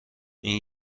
این